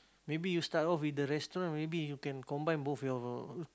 maybe you start of with the restaurant or maybe you can combine both your